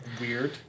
Weird